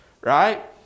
Right